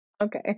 okay